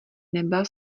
nebyla